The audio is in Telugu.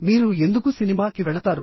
మీరు ఎందుకు సినిమా కి వెళతారు